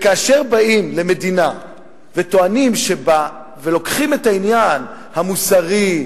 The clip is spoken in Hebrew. כאשר באים למדינה ולוקחים את העניין המוסרי,